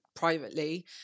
privately